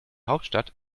hauptstadt